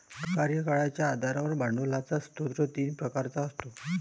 कार्यकाळाच्या आधारावर भांडवलाचा स्रोत तीन प्रकारचा असतो